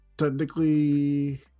technically